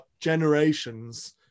generations